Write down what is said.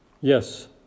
Yes